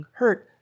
hurt